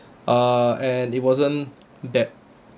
uh and it wasn't that